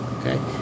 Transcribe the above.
okay